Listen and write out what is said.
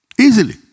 Easily